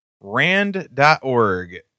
rand.org